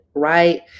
Right